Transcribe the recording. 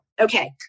okay